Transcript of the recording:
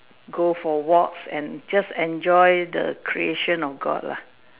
go for walks and just enjoy the creation of God lah